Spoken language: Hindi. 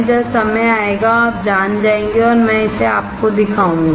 जब समय आएगा आप जान जाएंगे और मैं इसे आपको दिखाऊंगा